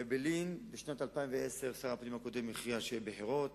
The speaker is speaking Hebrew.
אעבלין: שר הפנים הקודם הכריע שיהיו בחירות